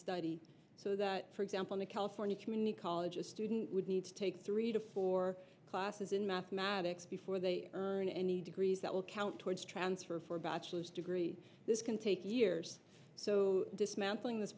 study so that for example the california community college a student would need to take three to four classes in mathematics before they earn any degrees that will count towards transfer for a bachelor's degree this can take years so dismantling this